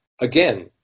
again